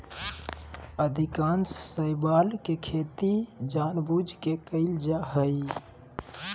अधिकांश शैवाल के खेती जानबूझ के कइल जा हइ